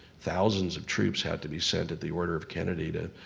thousands of troops had to be sent at the order of kennedy to,